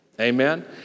Amen